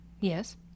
Yes